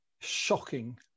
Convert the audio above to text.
shocking